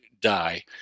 die